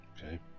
Okay